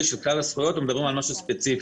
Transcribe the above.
של כלל הזכויות או שמדברים על משהו ספציפי.